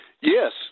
Yes